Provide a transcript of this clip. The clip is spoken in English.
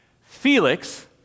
Felix